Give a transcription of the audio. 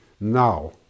now